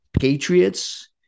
patriots